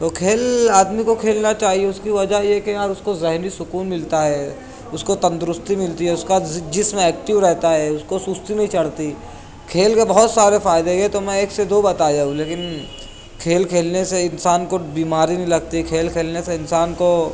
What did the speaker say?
تو کھیل آدمی کو کھیلنا چاہیے اس کی وجہ یہ ہے کہ اس کو ذہنی سکون ملتا ہے اس کو تندرستی ملتی ہے اس کا جسم ایکٹیو رہتا ہے اس کو سستی نہیں چڑھتی کھیل کے بہت سارے فائدے ہیں یہ تو میں ایک سے دو بتایا ہوں لیکن کھیل کھیلنے سے انسان کو بیماری نہیں لگتی کھیل کھیلنے سے انسان کو